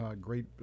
great